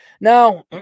Now